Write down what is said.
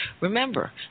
Remember